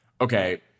okay